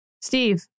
Steve